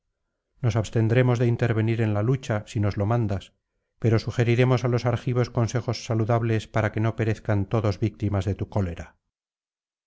nos abstendremos de intervenir en la lucha si nos lo mandas pero sugeriremos á los argivos consejos saludables para que no perezcan todos víctimas de tu cólera